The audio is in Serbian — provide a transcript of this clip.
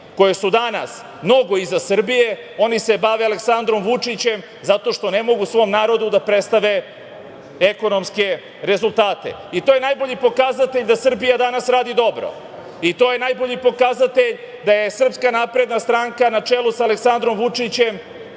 koje su danas mnogo iza Srbije, oni se bave Aleksandrom Vučićem zato što ne mogu svom narodu da predstave ekonomske rezultate i to je najbolji pokazatelj da Srbija danas radi dobro i to je najbolji pokazatelj da SNS na čelu sa Aleksandrom Vučićem